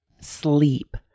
Sleep